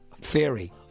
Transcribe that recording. theory